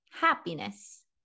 happiness